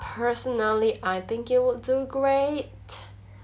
personally I think you would do great